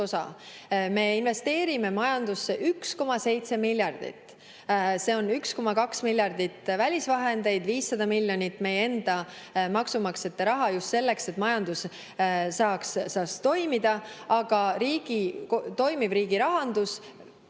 osa. Me investeerime majandusse 1,7 miljardit, 1,2 miljardit välisvahendeid ja 500 miljonit meie enda maksumaksjate raha, just selleks, et majandus saaks toimida. Toimiv riigirahandus